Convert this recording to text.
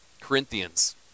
corinthians